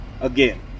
Again